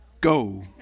go